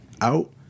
out